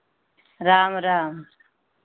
Ram Ram